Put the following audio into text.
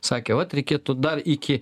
sakė vat reikėtų dar iki